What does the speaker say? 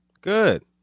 Good